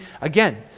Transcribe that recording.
again